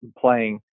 playing